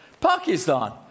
Pakistan